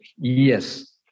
yes